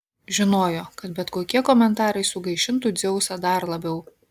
žinojo kad bet kokie komentarai sugaišintų dzeusą dar labiau